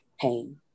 pain